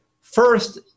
First